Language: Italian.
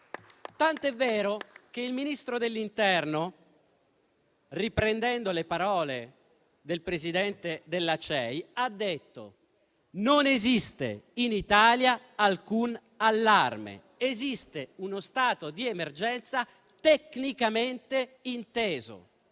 tant'è vero che il Ministro dell'interno, riprendendo le parole del presidente della CEI, ha detto che non esiste in Italia alcun allarme; esiste uno stato d'emergenza tecnicamente inteso.